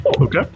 Okay